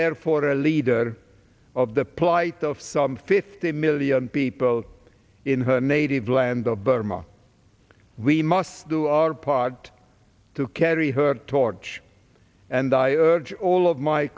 therefore a leader of the plight of some fifty million people in her native land of burma we must do our part to carry her torch and i urge all of my